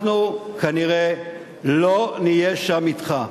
אנחנו כנראה לא נהיה שם אתך.